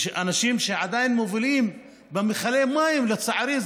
אנשים שעדיין מובילים במכלי מים, לצערי.